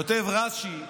כותב רש"י: